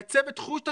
לייצב את חוט השדרה.